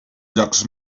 llocs